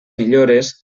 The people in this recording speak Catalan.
millores